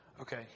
Okay